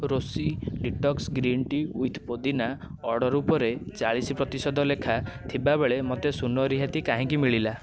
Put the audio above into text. ରୋଷି detox green tea with pudina order ଉପରେ ଚାଳିଶ ପ୍ରତିଶତ ଲେଖା ଥିବାବେଳେ ମୋତେ ଶୂନ ରିହାତି କାହିଁକି ମିଳିଲା